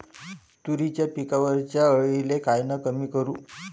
तुरीच्या पिकावरच्या अळीले कायनं कमी करू?